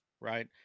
right